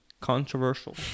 Controversial